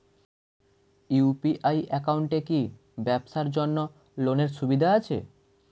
UPI একাউন্টে কি ব্যবসার জন্য লোনের সুবিধা আছে?